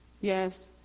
Yes